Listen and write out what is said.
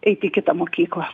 eiti į kitą mokyklą